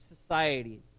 society